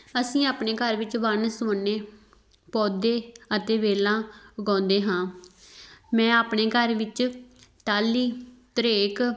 ਅਸੀਂ ਆਪਣੇ ਘਰ ਵਿੱਚ ਵੰਨ ਸੁਵੰਨੇ ਪੌਦੇ ਅਤੇ ਵੇਲਾਂ ਉਗਾਉਂਦੇ ਹਾਂ ਮੈਂ ਆਪਣੇ ਘਰ ਵਿੱਚ ਟਾਹਲੀ ਧਰੇਕ